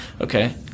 Okay